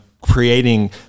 creating